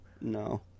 No